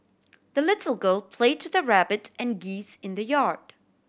the little girl played to the rabbit and geese in the yard